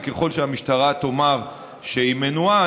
וככל שהמשטרה תאמר שהיא מנועה,